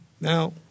Now